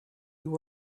you